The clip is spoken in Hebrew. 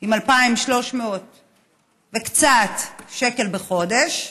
עם 2,300 וקצת שקל בחודש,